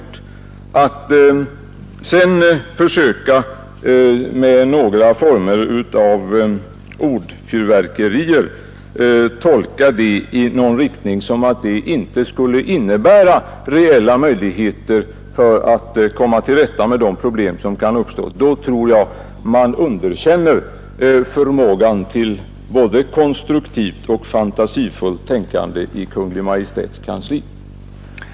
Om man sedan försöker att med några former av ordfyrverkeri tolka detta som om det inte skulle innebära reella möjligheter att komma till rätta med de problem som kan uppstå, då tror jag man underkänner förmågan till konstruktivt och fantasifullt betänkande i Kungl. Maj:ts kansli.